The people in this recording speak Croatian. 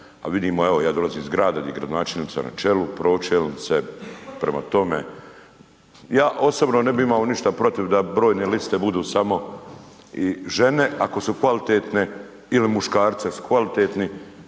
a vidimo evo ja dolazim iz grada di je gradonačelnica na čelu, pročelnice, prema tome, ja osobno ne bi imao ništa protiv da brojne liste budu samo žene ako su kvalitetne ili muškarci da su kvalitetni,